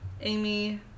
Amy